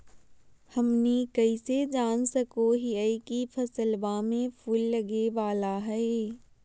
हमनी कइसे जान सको हीयइ की फसलबा में फूल लगे वाला हइ?